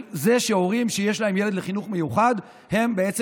שהורים שיש להם ילד בחינוך מיוחד בעצם